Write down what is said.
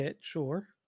sure